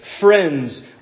friends